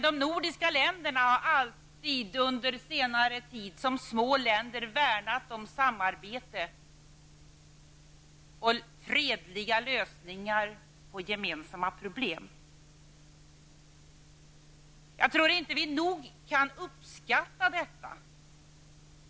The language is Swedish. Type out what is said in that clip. De nordiska länderna har, som små länder, under senare tid värnat om samarbetet och om fredliga lösningar på gemensamma problem. Jag tror inte att vi nog kan uppskatta detta.